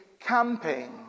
camping